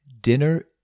Dinner